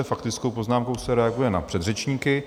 Faktickou poznámkou se reaguje na předřečníky.